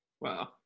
Wow